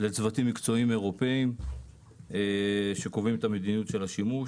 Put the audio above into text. לצוותים מקצועיים אירופאיים שקובעים את מדיניות השימוש.